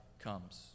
comes